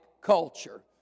culture